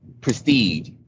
prestige